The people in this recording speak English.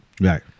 Right